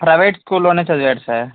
private స్కూల్లోనే చదివాడు sir